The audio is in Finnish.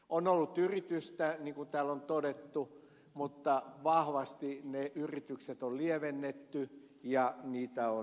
on ollut yritystä niin kuin täällä on todettu mutta vahvasti ne yritykset on lievennetty ja niitä on laimennettu